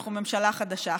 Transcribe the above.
אנחנו ממשלה חדשה.